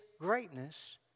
greatness